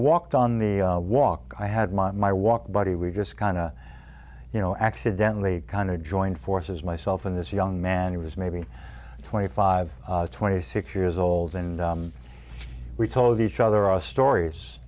walked on the walk i had my my walk buddy we just kind of you know accidentally kind of joined forces myself and this young man he was maybe twenty five twenty six years old and we told each other our stories